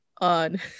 on